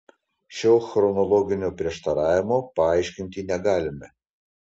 šio chronologinio prieštaravimo paaiškinti negalime